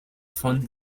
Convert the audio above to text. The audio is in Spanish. fun